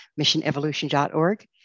missionevolution.org